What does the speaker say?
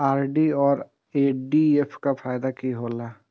RD और FD के का फायदा हौला?